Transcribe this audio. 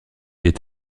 est